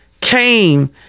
came